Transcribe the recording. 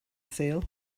sul